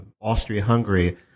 Austria-Hungary